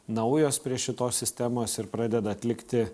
naujos prie šitos sistemos ir pradeda atlikti